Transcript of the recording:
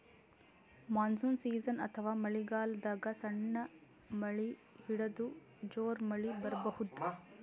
monsoon season ಅಥವಾ ಮಳಿಗಾಲದಾಗ್ ಸಣ್ಣ್ ಮಳಿ ಹಿಡದು ಜೋರ್ ಮಳಿ ಬರಬಹುದ್